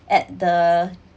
at the